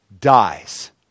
dies